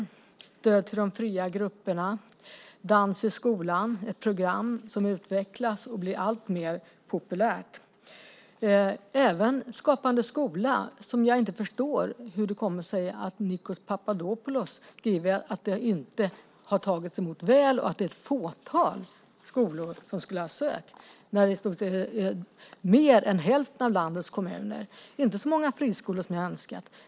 Det gäller också stöd till de fria grupperna och Dans i skolan - ett program som utvecklas och blir alltmer populärt. Det handlar även om Skapande skola. Jag förstår inte hur det kommer sig att Nikos Papadopoulos skriver att detta inte har tagits emot väl och att det är ett fåtal skolor som skulle ha sökt. Det är ju i stort sett fler än hälften av landets kommuner som har sökt - dock inte så många friskolor som jag skulle ha önskat.